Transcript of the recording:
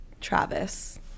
Travis